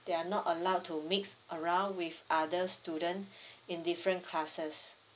they are not allowed to mix around with other student in different classes